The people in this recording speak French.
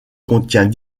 contient